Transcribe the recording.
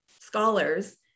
scholars